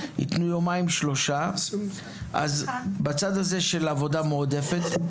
ייתנו יומיים-שלושה בעבודה מועדפת.